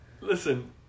Listen